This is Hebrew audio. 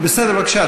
בסדר, בבקשה.